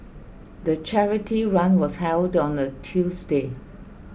the charity run was held on a Tuesday